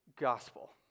gospel